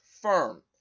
firm